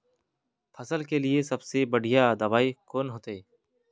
फसल के लिए सबसे बढ़िया दबाइ कौन होते?